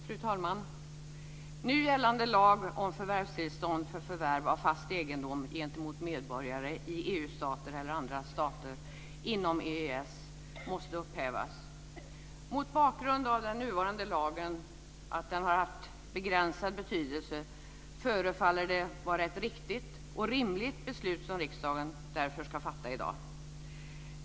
Fru talman! Nu gällande lag om förvärvstillstånd för förvärv av fast egendom gentemot medborgare i EU-stater eller andra stater inom EES måste upphävas. Mot bakgrund av att den nuvarande lagen har haft begränsad betydelse förefaller det vara ett riktigt och rimligt beslut som riksdagen i dag ska fatta.